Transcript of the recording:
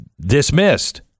dismissed